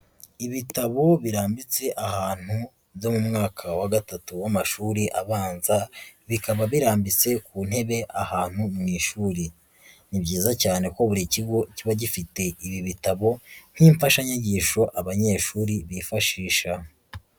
Ibitabo birambitse ahantu byo mu mwaka wa gatatu w'amashuri abanza, bikaba birambitse ku ntebe ahantu mu ishuri, ni byiza cyane ko buri kigo kiba gifite ibi bitabo nk'imfashanyigisho abanyeshuri bifashisha.